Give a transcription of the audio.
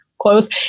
close